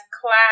class